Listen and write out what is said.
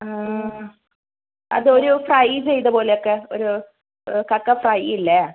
അതൊരു ഫ്രൈ ചെയ്തപോലെയൊക്കെ ഒരു കക്ക ഫ്രൈ ഇല്ലേ